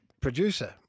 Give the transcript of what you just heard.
producer